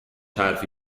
حرفی